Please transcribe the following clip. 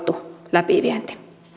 läpivienti